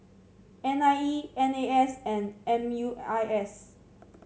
N I E N A S and M U I S